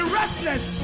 restless